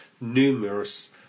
numerous